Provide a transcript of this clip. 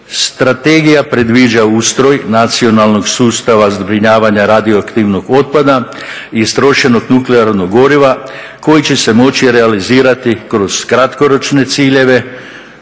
strategija predviđa ustroj nacionalnog sustava zbrinjavanja radioaktivnog otpada i iskorištenog nuklearnog goriva koji će se moći realizirati kroz kratkoročne ciljeve